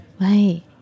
Right